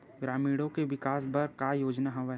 ग्रामीणों के विकास बर का योजना हवय?